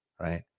right